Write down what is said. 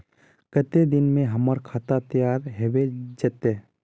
केते दिन में हमर खाता तैयार होबे जते?